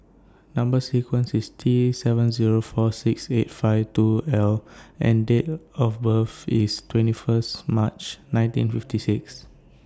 Number sequence IS T seven Zero four six eight five two L and Date of birth IS twenty First March nineteen fifty six